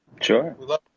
Sure